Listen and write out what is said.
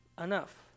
enough